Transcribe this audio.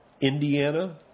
Indiana